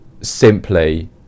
simply